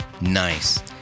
Nice